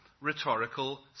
rhetorical